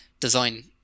design